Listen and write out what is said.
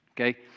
okay